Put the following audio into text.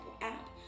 app